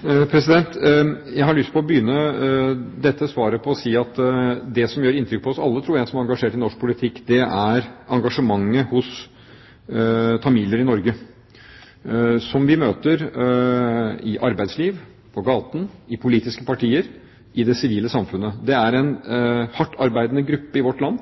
Jeg har lyst til å begynne dette svaret med å si at det som gjør inntrykk på oss alle, tror jeg, som er engasjert i norsk politikk, er engasjementet hos tamiler i Norge som vi møter i arbeidslivet, på gaten, i politiske partier, i det sivile samfunnet. Det er en hardt arbeidende gruppe i vårt land